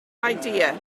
idea